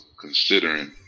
considering